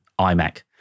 iMac